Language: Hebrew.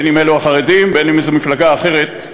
אם אלו החרדים ואם איזו מפלגה אחרת,